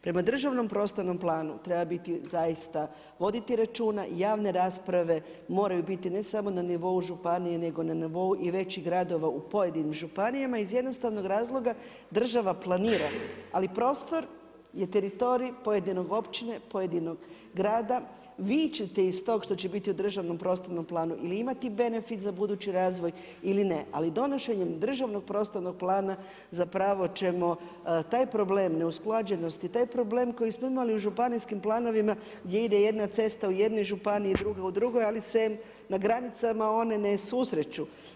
Prema državnom prostornom planu, treba zaista voditi računa i javne rasprave moraju biti ne samo na nivou županije nego na nivou i većih gradova u pojedinim županijama iz jednostavnog razloga, država planira ali prostor je teritorij pojedine općine, pojedinog grada, vi ćete iz tog, što će biti održano u prostornom planu ili imati benefit za budući razvoj ili ne, ali donošenjem državnog prostornog plana zapravo ćemo taj problem neusklađenosti, taj problem koji smo imali u županijskim planovima gdje ide jedna cesta u jednoj županiji, druga u drugoj, ali se na granicama one ne susreću.